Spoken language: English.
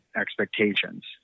expectations